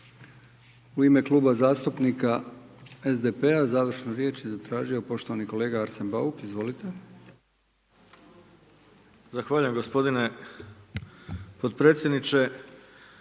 U ime Kluba zastupnika SDP-a završnu riječ je zatražio poštovani kolega Arsen Bauk, izvolite. **Bauk, Arsen (SDP)** Zahvaljujem gospodine potpredsjedniče.